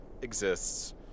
exists